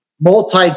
multi